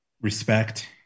Respect